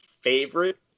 favorite